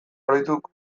oroituko